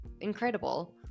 incredible